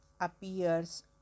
appears